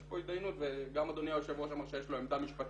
יש פה התדיינות וגם אדוני היושב ראש אמר שיש לו עמדה משפטית